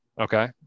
okay